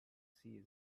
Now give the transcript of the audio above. sea